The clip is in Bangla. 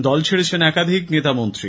দল ছেড়েছেন একাধিক নেতা মন্ত্রী